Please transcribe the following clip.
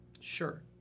Sure